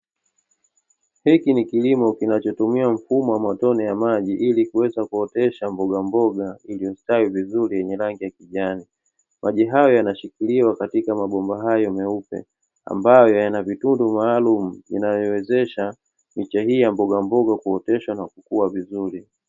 Hiki ni kilimo kinachotumia mfumo wa matone ya maji ili kuweza kuotesha mbogamboga iliyostawi vizuri yenye rangi ya kijani. Maji hayo yanashikiliwa katika mabomba hayo meupe ambayo yanavitundu maalumu yanayowezesha miche hii ya mbogamboga kuoteshwa na kukua vizuri.